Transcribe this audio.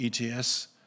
ETS